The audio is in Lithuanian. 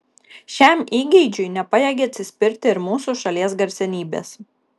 šiam įgeidžiui nepajėgė atsispirti ir mūsų šalies garsenybės